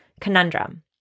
conundrum